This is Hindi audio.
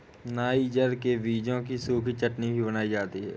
नाइजर के बीजों की सूखी चटनी भी बनाई जाती है